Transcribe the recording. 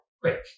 quick